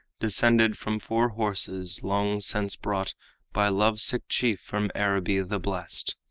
descended from four horses long since brought by love-sick chief from araby the blest,